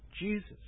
Jesus